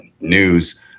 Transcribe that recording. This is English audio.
news